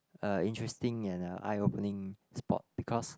a interesting and(uh) eye opening spot because